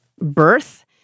birth